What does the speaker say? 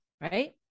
Right